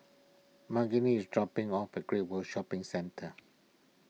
Margene is dropping off at Great World Shopping Centre